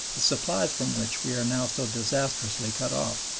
the supplies from which we are now so disastrously cut off.